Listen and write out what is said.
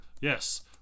Yes